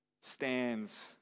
stands